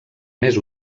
més